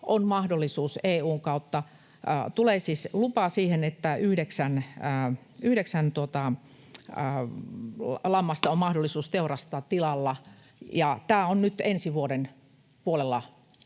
on mahdollisuus, EU:n kautta tulee siis lupa siihen, että yhdeksän lammasta on mahdollisuus teurastaa tilalla. Tämä asia nyt ensi vuoden puolella